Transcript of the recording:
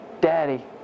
Daddy